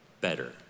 better